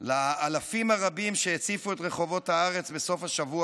לאלפים הרבים שהציפו את רחובות הארץ בסוף השבוע